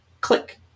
click